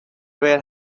were